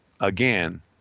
again